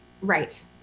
Right